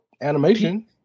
animation